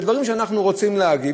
בדברים שאנחנו רוצים להגיד,